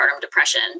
depression